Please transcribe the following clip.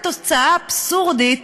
מצאת תוצאה אבסורדית